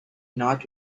not